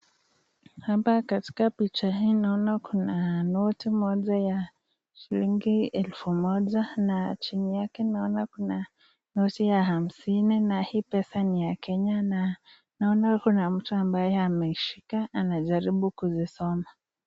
Hapa katika picha hii naona kuna noti moja ya shilingi elfu moja na chini yake naona kuna noti ya hamsini na hii pesa ni ya Kenya na naona kuna mtu ambaye ameshika anajaribu kuzisoma .